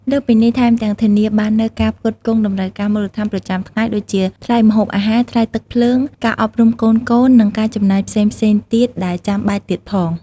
លើសពីនេះ ថែមទាំងធានាបាននូវការផ្គត់ផ្គង់តម្រូវការមូលដ្ឋានប្រចាំថ្ងៃ ដូចជាថ្លៃម្ហូបអាហារ ថ្លៃទឹកភ្លើង ការអប់រំកូនៗ និងការចំណាយផ្សេងៗទៀតដែលចាំបាច់ទៀតផង។